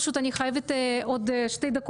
אני פשוט חייבת לסיים את הדיון עוד שתי דקות.